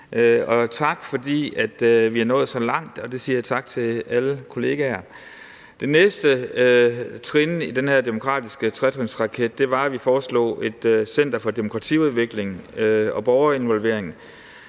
og tak, fordi vi er nået så langt, og det siger jeg tak til alle kollegaer for. Det næste trin i den her demokratiske tretrinsraket var, at vi foreslog et center for demokratiudvikling og borgerinvolvering,